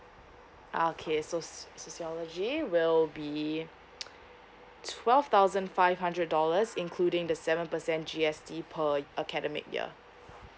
uh okay so syscology will be twelve thousand five hundred dollars including the seven percent G_S_T per academic year